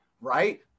right